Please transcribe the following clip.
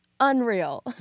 unreal